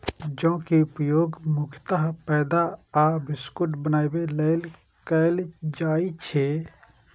जौ के उपयोग मुख्यतः मैदा आ बिस्कुट बनाबै लेल कैल जाइ छै